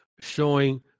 showing